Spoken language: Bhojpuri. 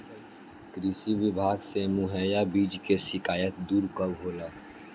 कृषि विभाग से मुहैया बीज के शिकायत दुर कब होला?